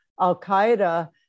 Al-Qaeda